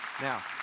Now